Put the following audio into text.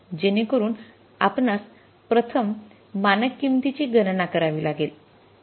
जेणेकरून आपणास प्रथम मानक किंमतीची गणना करावी लागेल